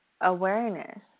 awareness